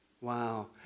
Wow